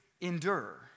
endure